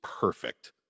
perfect